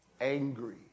angry